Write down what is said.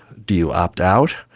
do you opt out,